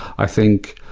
i think